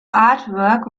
artwork